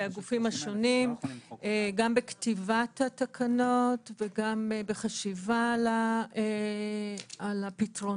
והגופים השונים גם בכתיבת התקנות וגם בחשיבה על הפתרונות.